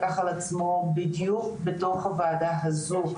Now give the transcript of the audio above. לקח על עצמו בדיוק בתוך הוועדה הזו,